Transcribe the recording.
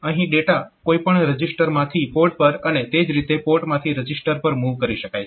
અહીં ડેટા કોઈ પણ રજીસ્ટરમાંથી પોર્ટ પર અને તે જ રીતે પોર્ટમાંથી રજીસ્ટર પર મૂવ કરી શકાય છે